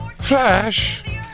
Flash